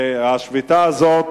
אני מקווה שהשביתה הזאת